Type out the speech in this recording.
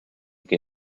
que